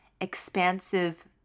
expansive